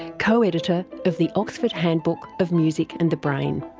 co-editor of the oxford handbook of music and the brain.